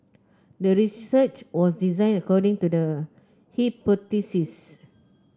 the research was designed according to the hypothesis